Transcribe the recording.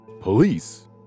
Police